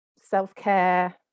self-care